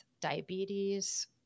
diabetes